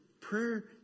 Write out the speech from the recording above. prayer